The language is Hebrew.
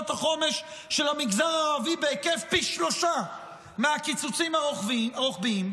חומש של המגזר הערבי בהיקף שהוא פי שלושה מהקיצוצים הרוחביים.